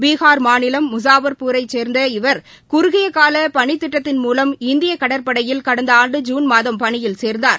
பீஹார் மாநிலம் முஷாபர்பூரைச் சேர்ந்த இவர் குறுகியகாலபணித்திட்டத்தின் மூலம் இந்தியகடற்படையில் கடந்தஆண்டு ஜுன் மாதம் பணியில் சேர்ந்தார்